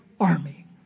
army